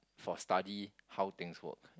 for study how things work